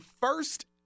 first